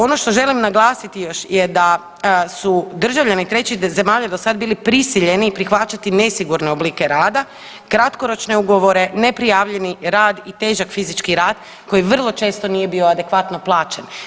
Ono što želim naglasiti još je da su državljani trećih zemalja do sada bili prisiljeni prihvaćati nesigurne oblike rada, kratkoročne ugovore, neprijavljeni rad i težak fizički rad koji vrlo često nije bio adekvatno plaćen.